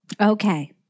Okay